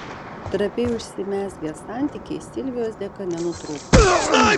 trapiai užsimezgę santykiai silvijos dėka nenutrūko